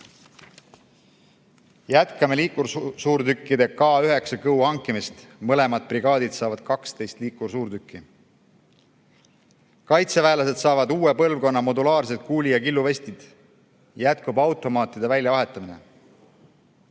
Jätkame liikursuurtükkide K9 Kõu hankimist, mõlemad brigaadid saavad 12 liikursuurtükki. Kaitseväelased saavad uue põlvkonna modulaarsed kuuli- ja killuvestid. Jätkub automaatide väljavahetamine.